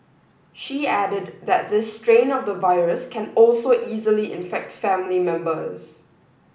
she added that this strain of the virus can also easily infect family members